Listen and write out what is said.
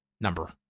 number